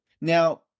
Now